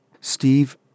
Steve